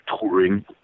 touring